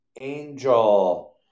Angel